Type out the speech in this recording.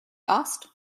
asked